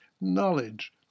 knowledge